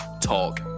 talk